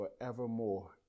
forevermore